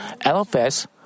LFS